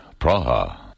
Praha